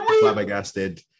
flabbergasted